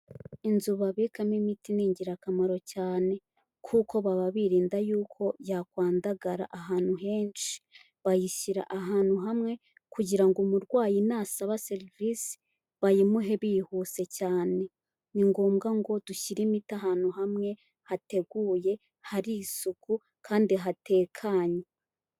Inzu babikamo imiti ni ingirakamaro cyane kuko baba birinda yuko yakwandagara ahantu henshi bayishyira ahantu hamwe kugira ngo umurwayi nasaba serivisi bayimuhe bihuse cyane. Ni ngombwa ngo dushyire imiti ahantu hamwe hateguye hari isuku kandi hatekanye.